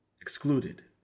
excluded